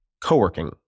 co-working